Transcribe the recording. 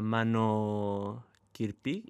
mano kirpi